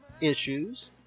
Issues